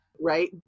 right